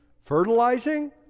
fertilizing